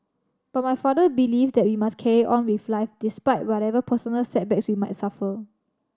but my father believes that we must carry on with life despite whatever personal setbacks we might suffer